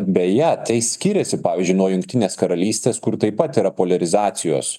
beje tai skiriasi pavyzdžiui nuo jungtinės karalystės kur taip pat yra poliarizacijos